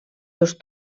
dos